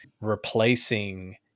replacing